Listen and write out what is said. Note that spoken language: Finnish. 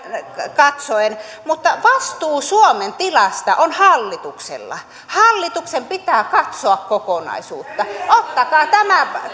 katsoen mutta vastuu suomen tilasta on hallituksella hallituksen pitää katsoa kokonaisuutta ottakaa tämä